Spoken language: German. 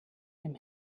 dem